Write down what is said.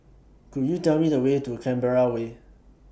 Could YOU Tell Me The Way to Canberra Way